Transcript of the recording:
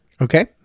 Okay